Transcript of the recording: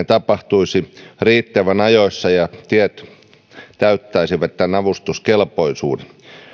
tapahtuisi riittävän ajoissa ja tiet täyttäisivät tämän avustuskelpoisuuden